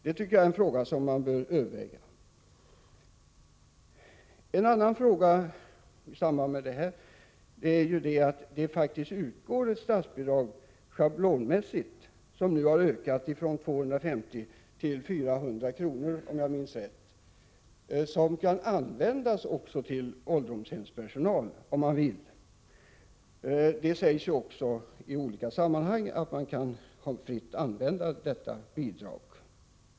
Det tycker jag är en fråga som man bör överväga. En annan fråga i samband med detta är att det faktiskt schablonmässigt utgår ett statsbidrag — som nu har ökat från 250 till 400 kr. om jag minns rätt — som kan användas även till ålderdomshemspersonal om man så vill. Det sägs i olika sammanhang att bidraget kan användas fritt.